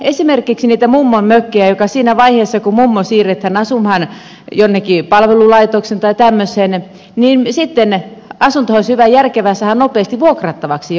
esimerkiksi niitä mummonmökkejä jotka siinä vaiheessa kun mummo siirretään asumaan jonnekin palvelulaitokseen tai tämmöiseen olisi järkevä saada nopeasti vuokrattavaksi jonnekin